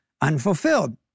unfulfilled